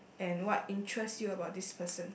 and what interests you about this person